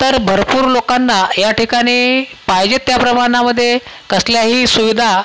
तर भरपूर लोकांना ह्या ठिकाणी पाहिजे आहेत त्या प्रमाणामध्ये कसल्याही सुविधा